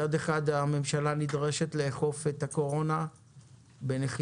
מצד אחד, הממשלה נדרשת לאכוף את הקורונה בנחישות,